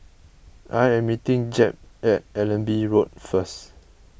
I am meeting Jep at Allenby Road first